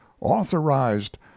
authorized